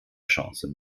chance